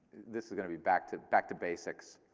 this is going to be back to back to basics,